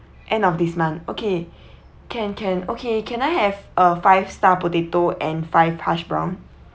end of this month okay can can okay can I have uh five star potato and five hash brown